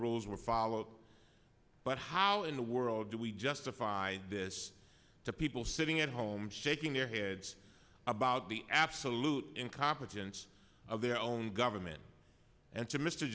rules were followed but how in the world do we justify this to people sitting at home shaking their heads about the absolute incompetence of their own government and